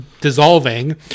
dissolving